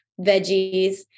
veggies